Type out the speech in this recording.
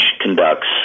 conducts